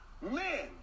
Men